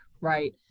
right